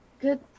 good